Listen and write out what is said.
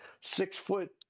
Six-foot